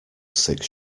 six